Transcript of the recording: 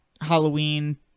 Halloween